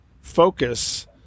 focus